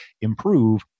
improve